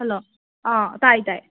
hello ꯑꯥ ꯇꯥꯏ ꯇꯥꯏ